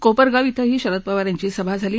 कोपरगाव इथंही शरद पवार यांची सभा झाली